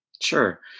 Sure